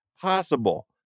possible